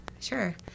Sure